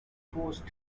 forced